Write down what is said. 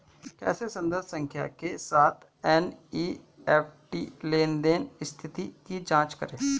कैसे संदर्भ संख्या के साथ एन.ई.एफ.टी लेनदेन स्थिति की जांच करें?